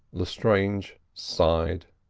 lestrange sighed.